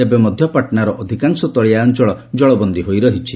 ଏବେ ମଧ୍ୟ ପାଟନାର ଅଧିକାଂଶ ତଳିଆ ଅଞ୍ଚଳ କଳବନ୍ଦୀ ହୋଇ ରହିଛି